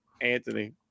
Anthony